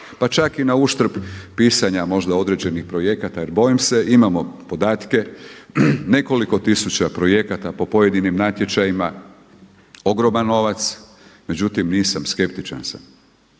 Pa čak i na uštrb pisanja možda određenih projekata jer bojim se imamo podatke, nekoliko tisuća projekata po pojedinim natječajima, ogroman novac. Međutim nisam, skeptičan sam.